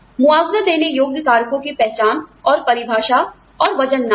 मुआवजा देने योग्य कारकों की पहचान और परिभाषा और वजन नापना